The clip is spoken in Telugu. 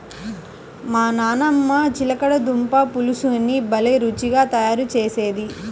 మా నాయనమ్మ చిలకడ దుంపల పులుసుని భలే రుచిగా తయారు చేసేది